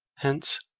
hence,